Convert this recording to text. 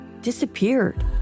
disappeared